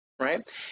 right